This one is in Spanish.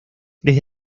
desde